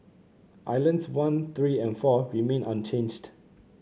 islands one three and four remained unchanged